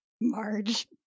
Marge